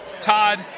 Todd